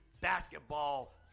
basketball